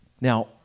now